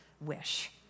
wish